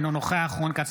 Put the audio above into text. אינו נוכח רון כץ,